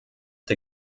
der